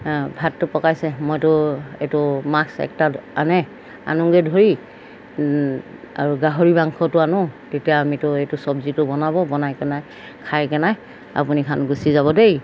ভাতটো পকাইছে মইতো এইটো মাছ এটা আনে আনোগৈ ধৰি আৰু গাহৰি মাংসটো আনো তেতিয়া আমিতো এইটো চব্জিটো বনাব বনাই কেনে খাই কেনে আপুনি খান গুচি যাব দেই